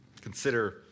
Consider